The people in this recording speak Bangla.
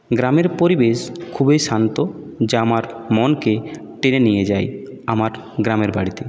গ্রামের পরিবেশ খুবই শান্ত যা আমার মনকে টেনে নিয়ে যায় আমার গ্রামের বাড়িতে